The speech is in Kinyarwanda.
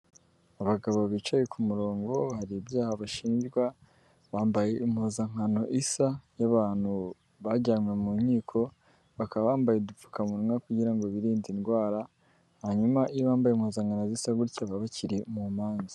Abagabo bicaye ku murongo, hari ibyaha bashinjwa, bambaye impuzankano isa y'abantu bajyanywe mu nkiko, bakaba bambaye udupfukamunwa kugira ngo birinde indwara, hanyuma iyo ba bambaye impuzankano zisa gutya baba bakiri mu manza.